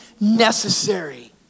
necessary